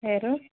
ಯಾರು